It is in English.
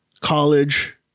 college